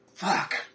Fuck